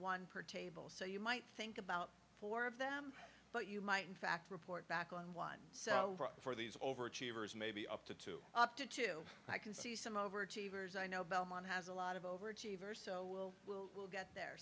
one per table so you might think about four of them but you might in fact report back on one so for these overachievers maybe up to two up to two i can see some over cheever's i know belmont has a lot of overachiever so will will will get there